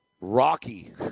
Rocky